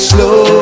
Slow